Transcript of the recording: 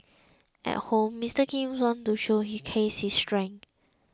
at home Mr Kim wants to showcase his strength